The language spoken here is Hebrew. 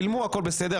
צילמו, הכול בסדר.